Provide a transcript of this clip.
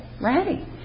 ready